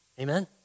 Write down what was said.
Amen